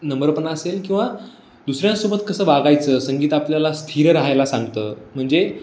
नम्रपणा असेल किंवा दुसऱ्यांसोबत कसं वागायचं संगीत आपल्याला स्थिर राहायला सांगतं म्हणजे